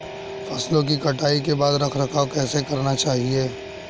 फसलों की कटाई के बाद रख रखाव कैसे करना चाहिये?